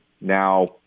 Now